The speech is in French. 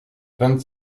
vingt